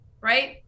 right